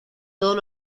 todos